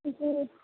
जी